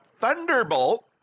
Thunderbolt